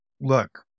look